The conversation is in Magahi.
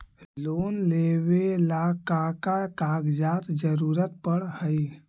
लोन लेवेला का का कागजात जरूरत पड़ हइ?